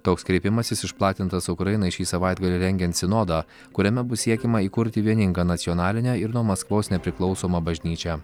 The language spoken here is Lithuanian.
toks kreipimasis išplatintas ukrainai šį savaitgalį rengiant sinodą kuriame bus siekiama įkurti vieningą nacionalinę ir nuo maskvos nepriklausomą bažnyčią